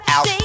Out